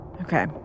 Okay